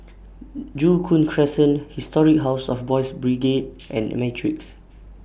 Joo Koon Crescent Historic House of Boys' Brigade and Matrix